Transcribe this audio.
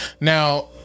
Now